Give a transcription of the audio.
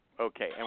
Okay